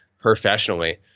professionally